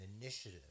initiative